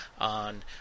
on